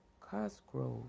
Cosgrove